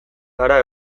gara